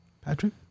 Patrick